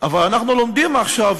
אבל אנחנו לומדים עכשיו,